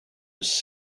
was